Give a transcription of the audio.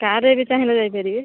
car ରେ ବି ଚାହିଁଲେ ଯାଇପାରିବେ